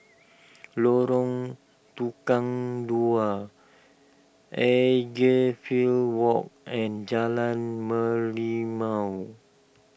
Lorong Tukang Dua Edgefield Walk and Jalan Merlimau